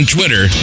Twitter